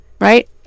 right